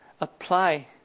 apply